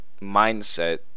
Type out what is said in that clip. mindset